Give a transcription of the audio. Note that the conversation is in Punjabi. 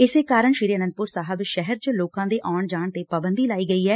ਇਸੇ ਕਾਰਨ ਸ੍ਰੀ ਆਨੰਦਪੁਰ ਸਾਹਿਬ ਸ਼ਹਿਰ ਚ ਲੋਕਾਂ ਦੇ ਆਉਣ ਜਾਣ ਤੇ ਪਾਬੰਦੀ ਲਾਈ ਗਈ ਐ